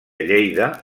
lleida